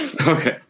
Okay